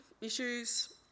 issues